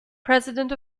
president